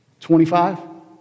25